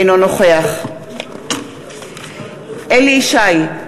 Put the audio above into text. אינו נוכח אליהו ישי,